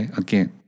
again